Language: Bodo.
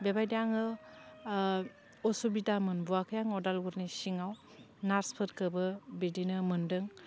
बेबायदि आङो असुबिदा मोनबोआखै आं अदालगुरिनि सिङाव नार्सफोरखौबो बिदिनो मोनदों